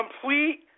complete